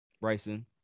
Bryson